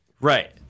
Right